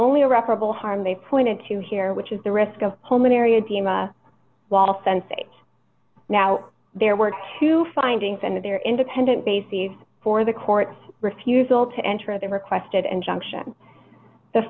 only irreparable harm they pointed to here which is the risk of pulmonary edema while sensate now there were two findings and they are independent bases for the court's refusal to enter the requested injunction the